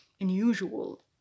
unusual